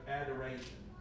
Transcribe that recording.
adoration